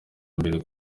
mbere